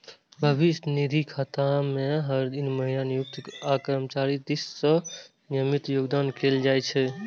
भविष्य निधि खाता मे हर महीना नियोक्ता आ कर्मचारी दिस सं नियमित योगदान कैल जाइ छै